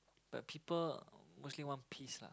but people mostly want peace lah